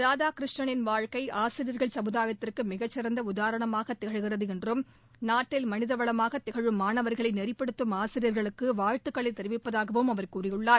ராதாகிருஷ்ணனின் வாழ்க்கை ஆசிரியர் சமுதாயத்திற்கு மிகச்சிறந்த உதாரனமாக திகழ்கிறது என்றும் மனிதவளமாக திகழும் மாணவர்களை நெறிபடுத்தம் நாட்டில் வாழ்த்துகளை தெரிவிப்பதாகவும் அவர் கூறியுள்ளார்